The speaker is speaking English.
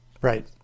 right